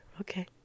okay